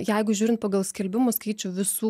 jeigu žiūrint pagal skelbimų skaičių visų